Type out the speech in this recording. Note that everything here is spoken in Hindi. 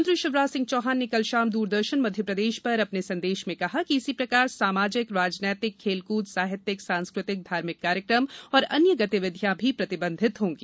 मुख्यमंत्री शिवराज सिंह चौहान ने कल शाम द्रदर्शन मध्यप्रदेश पर अपने संदेश में कहा कि इसी प्रकार सामाजिक राजनैतिक खेलकूद साहित्यिक सांस्कृतिक धार्मिक कार्यक्रम एवं अन्य गतिविधियाँ भी प्रतिबंधित होंगी